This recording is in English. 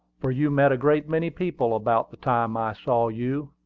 for you met a great many people about the time i saw you,